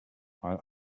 while